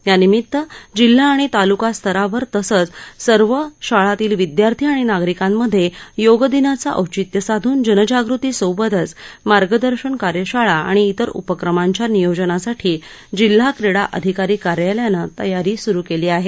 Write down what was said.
यानिमित्त जिल्हा आणि तालूका स्तरावर तसंच सर्व शाळातील विद्यार्थी आणि नागरिकांमध्ये योग दिनाचं औचित्य साधून जनजागृती सोबतच मार्गदर्शन कार्यशाळा आणि इतर उपक्रमांच्या नियोजनासाठी जिल्हा क्रीडा अधिकारी कार्यालयानं तयारी सुरू केली आहे